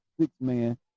six-man